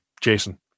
Jason